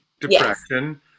depression